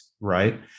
right